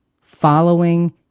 following